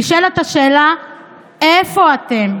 נשאלת השאלה איפה אתם.